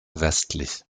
westlich